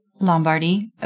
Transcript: Lombardy